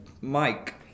Mike